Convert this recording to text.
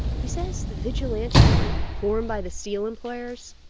he says the vigilante group formed by the steel employers,